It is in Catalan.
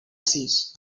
sis